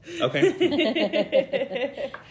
Okay